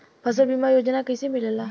फसल बीमा योजना कैसे मिलेला?